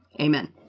Amen